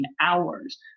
hours